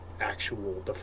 actual